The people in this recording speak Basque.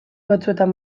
batzuetan